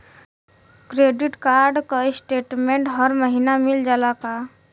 Credit card क statement हर महिना मिल जाला का?